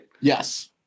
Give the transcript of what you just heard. Yes